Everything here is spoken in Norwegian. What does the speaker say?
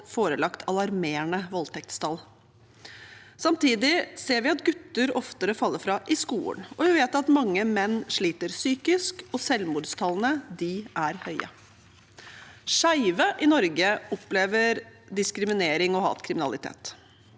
forelagt alarmerende voldtektstall. Samtidig ser vi at gutter oftere faller fra i skolen. Vi vet at mange menn sliter psykisk, og selvmordstallene er høye. Skeive i Norge opplever diskriminering og hatkriminalitet.